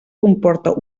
comporta